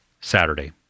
Saturday